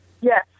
yes